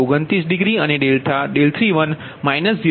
229 degree અને 31 0